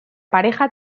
pareja